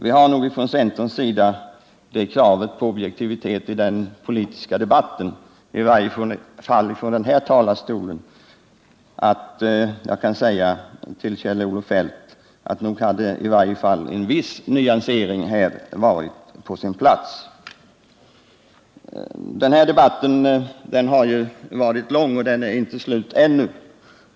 Vi från centern har dock det kravet på objektivitet i den politiska debatten, i varje fall från denna talarstol, att jag kan säga till Kjell-Olof Feldt att en viss nyansering nog varit på sin plats. Denna debatt har pågått länge och är inte slut ännu.